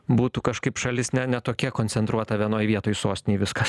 būtų kažkaip šalis ne ne tokia koncentruota vienoj vietoj sostinėj viskas